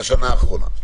בשנה האחרונה?